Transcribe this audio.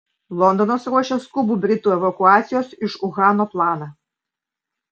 londonas ruošia skubų britų evakuacijos iš uhano planą